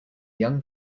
young